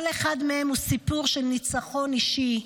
כל אחד מהם הוא סיפור של ניצחון אישי,